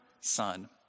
son